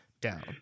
down